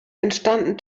entstanden